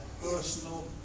personal